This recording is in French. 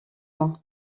moi